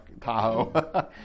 Tahoe